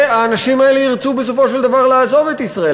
שהאנשים האלה ירצו בסופו של דבר לעזוב את ישראל.